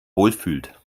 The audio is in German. wohlfühlt